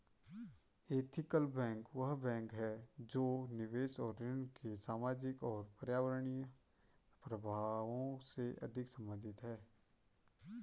ethical bank वह bank है जो निवेश और ऋण के सामाजिक और पर्यावरणीय प्रभावों से संबंधित है